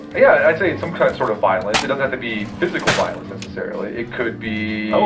yeah, i'd say it's some sort of violence. it doesn't have to be physical violence necessarily. it could be oh,